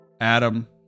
Adam